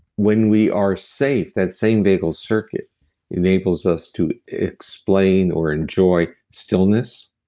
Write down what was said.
when we are safe, that same vagal circuit enables us to explain or enjoy stillness,